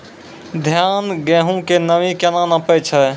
धान, गेहूँ के नमी केना नापै छै?